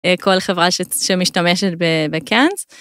כל חברה שמשתמשת בקאנט.